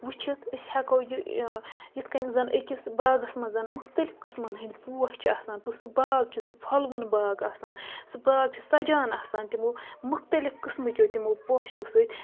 وٕچھِتھ أسۍ ہٮ۪کو یہِ یِتھ کٔنۍ زَن أکِس باغَس منٛزَن مُختلِف قٕسمَن ہٕنٛدۍ پوش چھِ آسان تہٕ سُہ باغ چھُ سُہ پھۄلوُن باغ آسان سُہ باغ چھُ سَجان آسان تِمو مختلف قٕسمٕکٮ۪و تِمو پوشو سۭتۍ